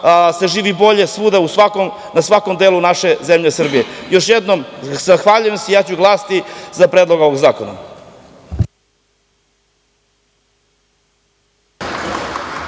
se živi bolje svuda, na svakom delu naše zemlje Srbije. Još jednom se zahvaljujem. Ja ću glasati za predlog ovog zakona.